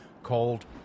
called